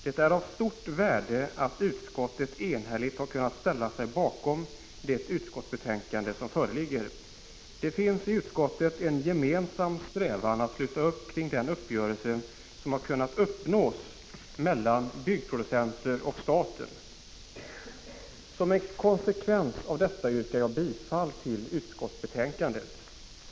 Det är av stort värde att utskottet enhälligt har kunnat ställa sig bakom det betänkande som föreligger. Det finns i utskottet en gemensam strävan att sluta upp kring den uppgörelse som har kunnat uppnås mellan byggproducenter och staten. Som en konsekvens av detta yrkar jag bifall till hemställan i utskottsbetän — Prot. 1985/86:49 kandet.